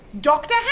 Doctor